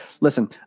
listen